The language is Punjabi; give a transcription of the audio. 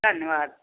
ਧੰਨਵਾਦ